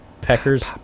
peckers